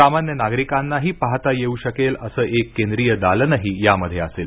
सामान्य नागरिकांनाही पाहता येऊ शकेल असं एक केंद्रीय दालनही यामध्ये असेल